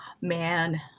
man